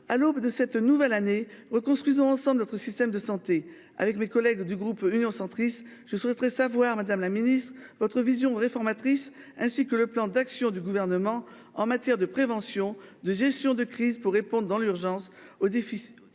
à l'aube de cette nouvelle année oh construisons ensemble notre système de santé avec mes collègues du groupe Union centriste, je souhaiterais savoir Madame la Ministre votre vision réformatrice, ainsi que le plan d'action du gouvernement en matière de prévention, de gestion de crise pour répondre dans l'urgence au défi